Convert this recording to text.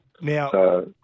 Now